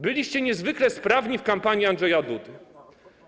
Byliście niezwykle sprawni w kampanii Andrzeja Dudy.